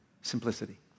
simplicity